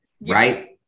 right